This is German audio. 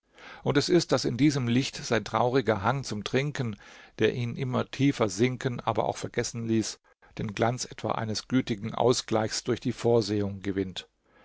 und es ist daß in diesem licht sein trauriger hang zum trinken der ihn immer tiefer sinken aber auch vergessen ließ den glanz etwa eines gütigen ausgleichs durch die vorsehung gewinnt